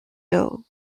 though